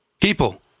People